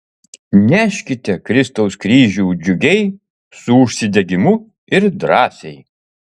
neškite kristaus kryžių džiugiai su užsidegimu ir drąsiai